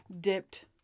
dipped